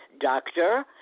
doctor